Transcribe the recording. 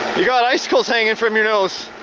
you got icicles hanging from your nose.